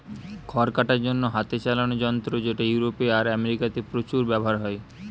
খড় কাটার জন্যে হাতে চালানা যন্ত্র যেটা ইউরোপে আর আমেরিকাতে প্রচুর ব্যাভার হয়